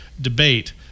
debate